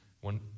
one